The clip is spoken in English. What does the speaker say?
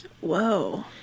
Whoa